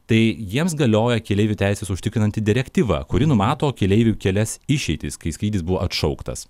tai jiems galioja keleivių teises užtikrinanti direktyva kuri numato keleivių kelias išeitis kai skrydis buvo atšauktas